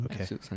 Okay